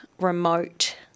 remote